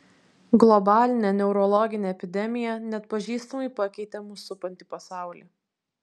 globalinė neurologinė epidemija neatpažįstamai pakeitė mus supantį pasaulį